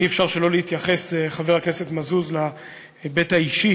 אי-אפשר שלא להתייחס, חבר הכנסת מזוז, להיבט האישי